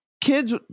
kids